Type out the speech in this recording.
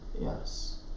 Yes